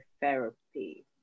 therapy